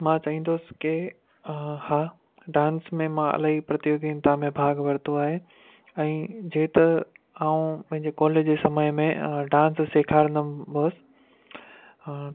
मां चाहींदुसि की हा डांस में मां इलाही प्रतियोगिता में भाॻु वरितो आहे ऐं जे त आऊं पंहिंजे कॉलेज़ि समय में डांस सेखारींदुमि हुअमि हुअसि